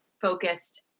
focused